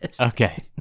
Okay